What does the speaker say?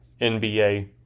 NBA